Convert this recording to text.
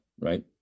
right